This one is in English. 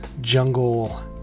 jungle